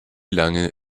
lange